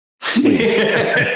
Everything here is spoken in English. Please